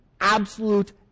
absolute